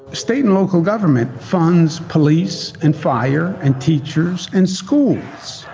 state and local government funds police and fire and teachers and schools.